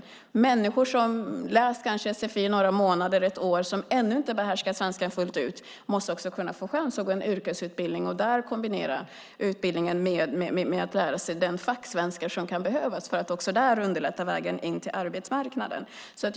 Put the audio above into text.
Människor som kanske har läst sfi några månader eller ett år och ännu inte behärskar svenska fullt ut måste få chansen att gå en yrkesutbildning och där kombinera utbildningen med att lära sig den facksvenska som kan behövas för att vägen in till arbetsmarknaden också där ska underlättas.